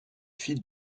fit